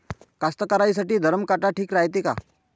कास्तकाराइसाठी धरम काटा ठीक रायते का?